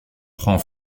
prend